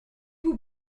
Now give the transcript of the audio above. vous